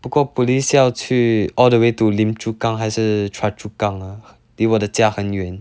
不过 police 要去 all the way to lim chu kang 还是 choa chu kang ah 离我的家很远